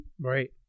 right